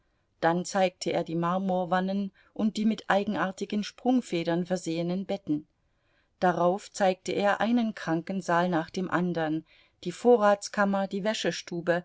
dann zeigte er die marmorwannen und die mit eigenartigen sprungfedern versehenen betten darauf zeigte er einen krankensaal nach dem andern die vorratskammer die wäschestube